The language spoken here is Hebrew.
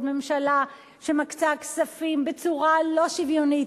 עוד ממשלה שמקצה כספים בצורה לא שוויונית,